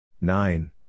Nine